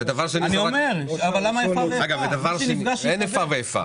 שיהיה איפה ואיפה.